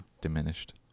diminished